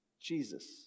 Jesus